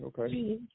okay